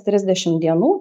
trisdešim dienų